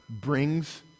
Brings